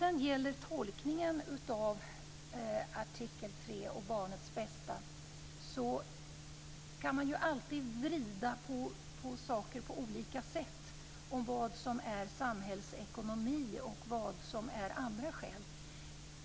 Sedan gällde det tolkningen av artikel 3 och barnet bästa. Man kan ju alltid vrida på saker på olika sätt. Vad är samhällsekonomi och vad är andra skäl?